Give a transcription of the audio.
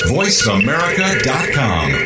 voiceamerica.com